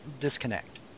disconnect